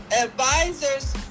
Advisors